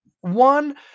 One